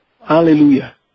Hallelujah